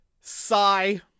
sigh